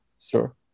Sure